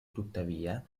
tuttavia